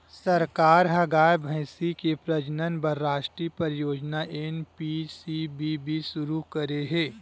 सरकार ह गाय, भइसी के प्रजनन बर रास्टीय परियोजना एन.पी.सी.बी.बी सुरू करे हे